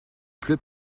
pleut